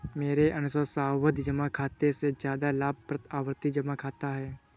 मेरे अनुसार सावधि जमा खाते से ज्यादा लाभप्रद आवर्ती जमा खाता है